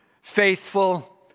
faithful